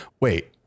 Wait